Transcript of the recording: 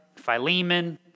Philemon